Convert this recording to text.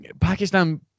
Pakistan